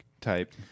type